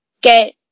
get